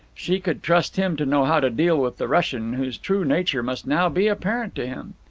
she could trust him to know how to deal with the russian, whose true nature must now be apparent to him.